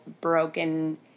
broken